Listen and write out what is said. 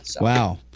Wow